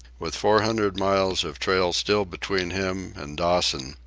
with four hundred miles of trail still between him and dawson,